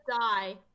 die